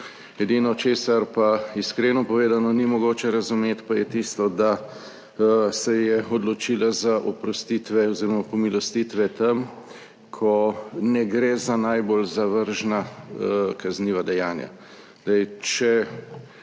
Edino, česar pa, iskreno povedano, ni mogoče razumeti, pa je tisto, da se je odločila za oprostitve oziroma pomilostitve tam, ko ne gre za najbolj zavržna kazniva dejanja.